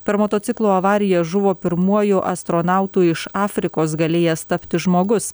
per motociklo avariją žuvo pirmuoju astronautu iš afrikos galėjęs tapti žmogus